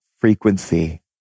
frequency